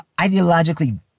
ideologically